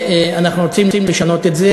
אנחנו רוצים לשנות את זה,